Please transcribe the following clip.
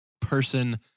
person